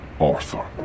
Arthur